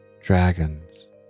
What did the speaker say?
dragons